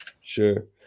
Sure